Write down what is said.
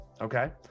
okay